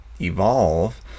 evolve